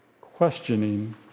Questioning